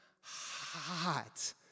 hot